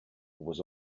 was